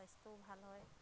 স্বাস্থ্যও ভাল হয়